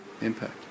impact